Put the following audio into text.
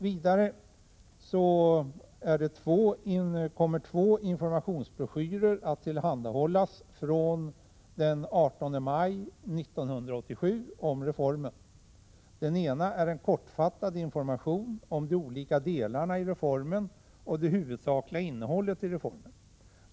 Vidare kommer två informationsbroschyrer om reformen att tillhandahållas från den 18 maj 1987. Den ena är en kortfattad information om de olika delarna i reformen och reformens huvudsakliga innehåll.